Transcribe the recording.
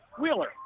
Wheeler